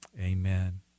Amen